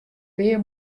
pear